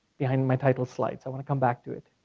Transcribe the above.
behind my title slides. i wanna come back to it.